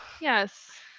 yes